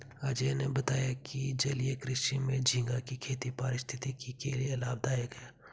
अजय ने बताया कि जलीय कृषि में झींगा की खेती पारिस्थितिकी के लिए लाभदायक है